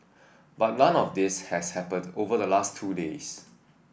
but none of this has happened over the last two days